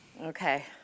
Okay